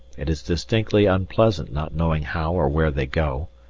it is distinctly unpleasant not knowing how or where they go,